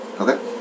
Okay